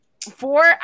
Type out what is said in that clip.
four